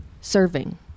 serving